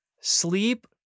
Sleep